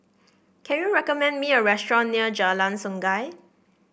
can you recommend me a restaurant near Jalan Sungei